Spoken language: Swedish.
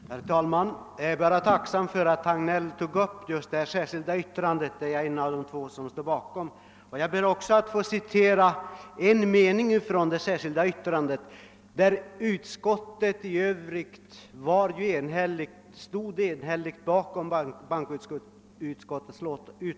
Herr talman! Jag är bara tacksam för att herr Hagnell tog upp detta särskilda yttrande — jag var en av de två utskottsledamöter som avgav det. I övrigt stod utskottet enhälligt bakom utlåtandet.